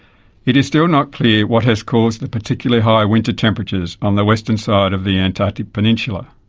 it is still not clear what has caused the particularly high winter temperatures on the western side of the antarctic peninsula.